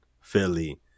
Philly